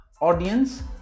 audience